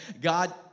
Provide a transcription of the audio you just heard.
god